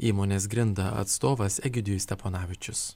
įmonės grinda atstovas egidijus steponavičius